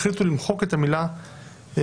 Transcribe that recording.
החליטו למחוק את המילה "פיתוח"